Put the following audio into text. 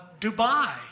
Dubai